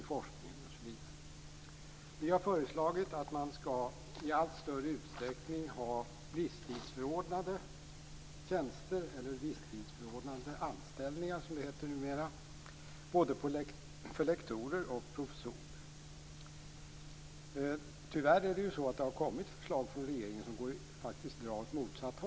Miljöpartiet har föreslagit att man i allt större utsträckning skall ha visstidsförordnade tjänster, eller anställningar som det heter numera, både för lektorer och för professorer. Tyvärr har det kommit förslag från regeringen som faktiskt går åt rakt motsatt håll.